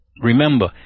Remember